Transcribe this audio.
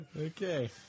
Okay